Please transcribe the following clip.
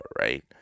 right